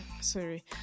sorry